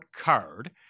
card